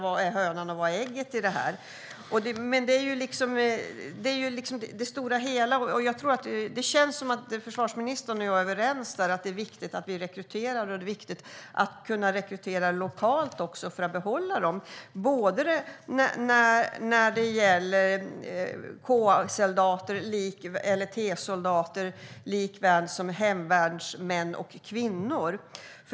Vad är hönan och vad är ägget i det här? Det handlar om helheten. Det känns som att försvarsministern och jag är överens om att det är viktigt att vi rekryterar och att det är viktigt att också kunna rekrytera lokalt, för att behålla personalen. Det gäller såväl K-soldater och T-soldater som hemvärnsmän och kvinnor.